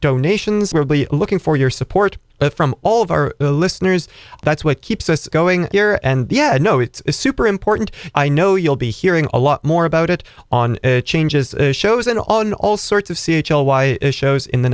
donations were looking for your support from all of our listeners that's what keeps us going here and yet no it's super important i know you'll be hearing a lot more about it on changes shows and on all sorts of c h l why is shows in the